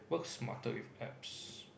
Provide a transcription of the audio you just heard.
works smarter with apps